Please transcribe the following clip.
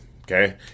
okay